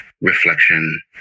reflection